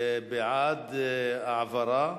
בעד העברה,